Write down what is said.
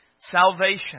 Salvation